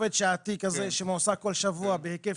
לגבי עובד שעתי כזה שמועסק כל שבוע בהיקף